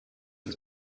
und